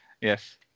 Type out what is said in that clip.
Yes